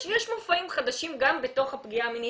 יש מופעים חדשים גם בתוך הפגיעה המינית.